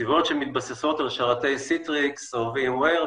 שמתבססות על שרתי סיטריקס או וימאוור,